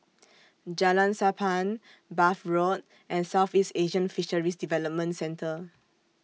Jalan Sappan Bath Road and Southeast Asian Fisheries Development Centre